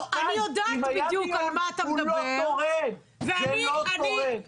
ושנית, אם היה דיון, הוא לא תורם, זה לא תורם.